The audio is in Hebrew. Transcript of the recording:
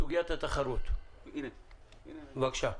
סוגיית התחרות, בבקשה.